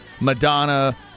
Madonna